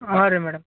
ಹಾಂ ರೀ ಮೇಡಮ್